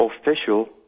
official